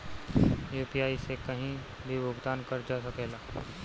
UPI से कहीं भी भुगतान कर जा सकेला?